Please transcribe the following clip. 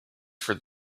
for